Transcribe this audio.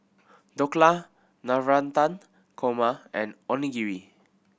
Dhokla Navratan Korma and Onigiri